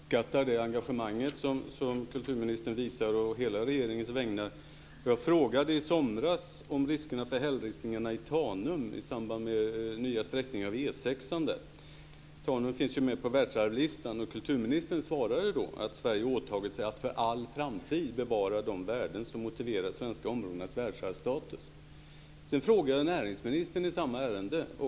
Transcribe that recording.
Fru talman! Jag uppskattar det engagemang som kulturministern visar å hela regeringens vägnar. Jag frågade i somras om riskerna för hällristningarna i Tanum i samband med den nya sträckningen av E 6. Tanum finns ju med på världsarvslistan. Kulturministern svarade då att Sverige åtagit sig att för all framtid bevara de värden som motiverar de svenska områdenas världsarvsstatus. Sedan frågade jag näringsministern i samma ärende.